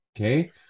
Okay